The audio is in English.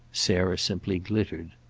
sarah simply glittered.